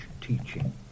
teaching